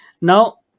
Now